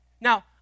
Now